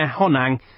Honang